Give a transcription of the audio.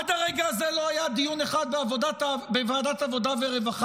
עד הרגע הזה לא היה דיון אחד בוועדת העבודה והרווחה.